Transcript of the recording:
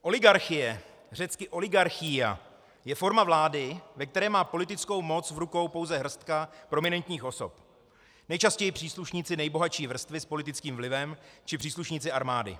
Oligarchie, řecky oligarchía, je forma vlády, ve které má politickou moc v rukou pouze hrstka prominentních osob, nejčastěji příslušníci nejbohatší vrstvy s politickým vlivem či příslušníci armády.